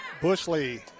Bushley